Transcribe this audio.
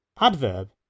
Adverb